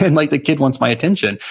and like the kid wants my attention.